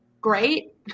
great